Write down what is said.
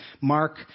Mark